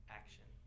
action